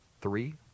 Three